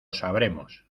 sabremos